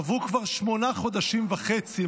עברו כבר שמונה חודשים וחצי,